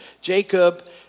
Jacob